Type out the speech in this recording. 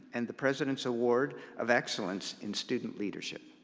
and the president's award of excellence in student leadership.